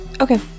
Okay